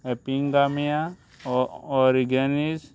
organics